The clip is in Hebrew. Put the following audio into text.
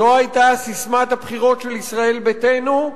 זאת היתה ססמת הבחירות של ישראל ביתנו,